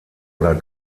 oder